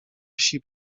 wsi